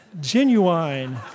Genuine